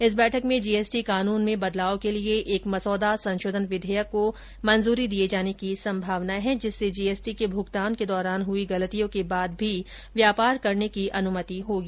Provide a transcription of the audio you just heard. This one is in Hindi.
इस बैठक में जीएसटी कानून में बदलाव के लिए एक मसौदा संशोधन विधेयक को मंजूरी दिए जाने की संभावना है जिससे जीएसटी के भुगतान के दौरान हुई गलतियों के बाद भी व्यापार करने की अनुमति होगी